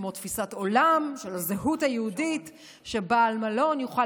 כמו תפיסת עולם של הזהות היהודית שבעל מלון יוכל